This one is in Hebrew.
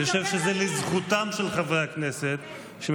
אני חושב שזה לזכותם של חברי הכנסת שהם